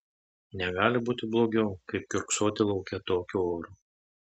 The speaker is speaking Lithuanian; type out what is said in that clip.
negali būti blogiau kaip kiurksoti lauke tokiu oru